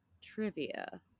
trivia